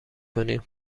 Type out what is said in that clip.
کنیم